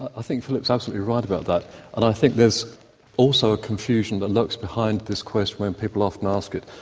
i think philip's absolutely right about that, and i think there's also a confusion that but lurks behind this question when people often ask it,